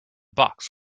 box